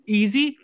easy